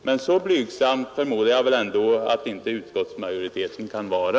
Men så blygsam kan väl ändå inte utskottsmajoriteten vara.